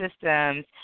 systems